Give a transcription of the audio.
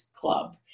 Club